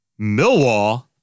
Millwall